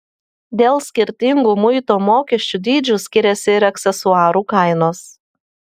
dėl skirtingų muito mokesčių dydžių skiriasi ir aksesuarų kainos